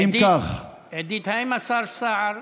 אם כך, עידית, האם השר סער